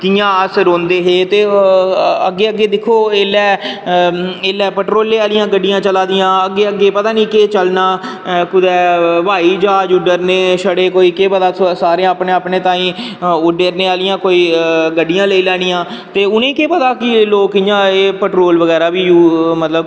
जियां अस रौहंदे हे ते अग्गें अग्गें दिक्खो ऐल्लै पेट्रोलै आह्लियां गड्डियां चला दियां अग्गें अग्गें पता निं केह् चलना कुदै हवाई ज्हाज उड्डरने छड़े कोई ते सारें अपने अपने ताहीं ओह् उड्डरने आह्लियां कोई गड्डियां लेई लैनियां ते उनें ई केह् पता की लोक इंया एह् पेट्रोल बगैरा बी मतलब की